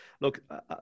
Look